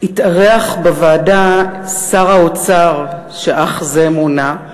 התארח בוועדה שר האוצר שאך זה מונה,